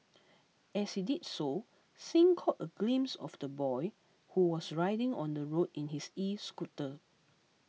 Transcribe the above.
as he did so Singh caught a glimpse of the boy who was riding on the road in his escooter